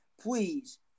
please